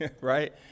right